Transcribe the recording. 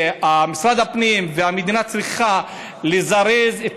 משרד הפנים והמדינה צריכים לזרז את